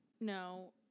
No